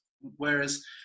Whereas